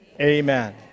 Amen